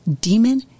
Demon